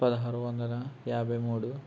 పదహారు వందల యాభై మూడు